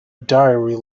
diary